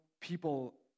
people